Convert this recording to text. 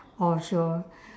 or she will